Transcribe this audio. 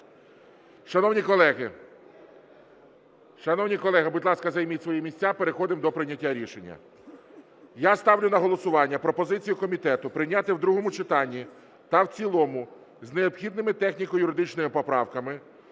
шановні колеги, займіть, будь ласка, свої місця, переходимо до прийняття рішення. Я ставлю на голосування пропозицію комітету прийняти в другому читанні та в цілому з необхідними техніко-юридичними поправками